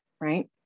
right